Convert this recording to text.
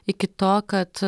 iki to kad